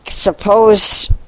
Suppose